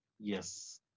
Yes